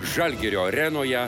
žalgirio arenoje